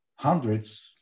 hundreds